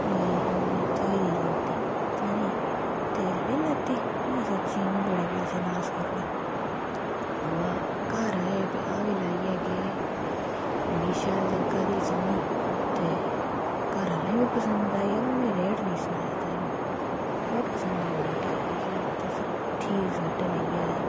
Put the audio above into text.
लेई थ्होई लोड़दी हैनी ते लेई लैती में सोचेआ इंया बड़े पैसे नास करी ओड़े बाऽ घरा ब्याह् लाइयै बी गे बड़ी शैल लग्गा दी सोह्नी बाऽ में रेट निं सनाया तैलूं बाऽ पसंद बड़ी आई की तुस ठीक स्वेटर लेइयै आए